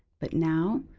but now,